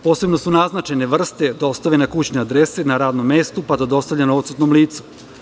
Posebno su naznačene vrste dostave - na kućne adrese, na radnom mestu, pa do dostavljanja odsutnom licu.